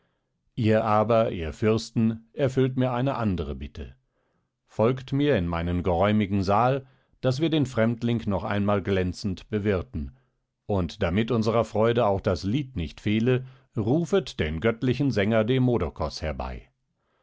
ihr aber ihr fürsten erfüllt mir eine andere bitte folgt mir in meinen geräumigen saal daß wir den fremdling noch einmal glänzend bewirten und damit unserer freude auch das lied nicht fehle rufet den göttlichen sänger demodokos herbei